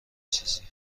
چیزی